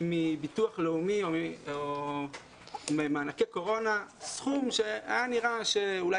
מביטוח לאומי או ממענקי קורונה סכום שהיה נראה שאולי